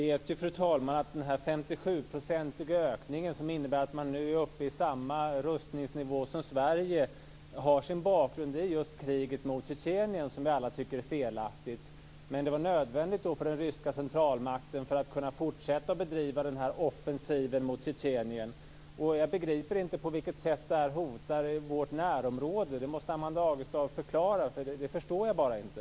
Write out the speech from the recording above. Fru talman! Vi vet ju att den 57-procentiga ökningen, som innebär att man nu är uppe i samma rustningsnivå som Sverige, har sin bakgrund i just kriget mot Tjetjenien, som vi alla tycker är felaktigt. Det var nödvändigt för den ryska centralmakten för att kunna fortsätta bedriva offensiven mot Tjetjenien. Jag begriper inte på vilket sätt det här hotar vårt närområde. Det måste Amanda Agestav förklara, för det förstår jag bara inte.